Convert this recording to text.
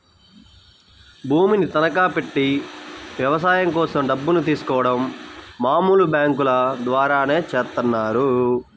భూమిని తనఖాబెట్టి వ్యవసాయం కోసం డబ్బుల్ని తీసుకోడం మామూలు బ్యేంకుల ద్వారానే చేత్తన్నారు